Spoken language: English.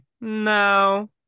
no